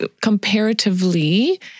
comparatively